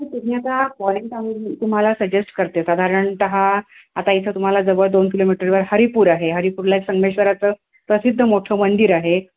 तुम्ही आता पाॅईंट तुम्हाला सजेस्ट करते साधारणतः आता इथं तुम्हाला जवळ दोन किलोमीटरवर हरिपूर आहे हरिपूरला संगमेश्वराचं प्रसिद्ध मोठं मंदिर आहे